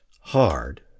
hard